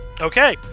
Okay